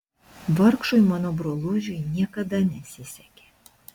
vargšui mano brolužiui niekada nesisekė